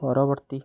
ପରବର୍ତ୍ତୀ